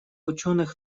ученых